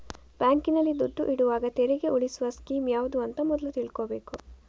ಬ್ಯಾಂಕಿನಲ್ಲಿ ದುಡ್ಡು ಇಡುವಾಗ ತೆರಿಗೆ ಉಳಿಸುವ ಸ್ಕೀಮ್ ಯಾವ್ದು ಅಂತ ಮೊದ್ಲು ತಿಳ್ಕೊಬೇಕು